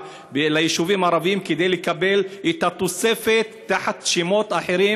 ליישובים הערביים כדי לקבל את התוספת תחת שמות אחרים,